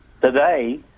Today